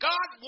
God